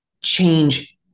change